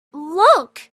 look